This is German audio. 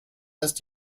ist